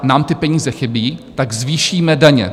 Nám ty peníze chybí, tak zvýšíme daně.